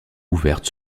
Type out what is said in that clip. ouverte